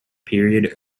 period